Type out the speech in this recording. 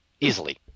easily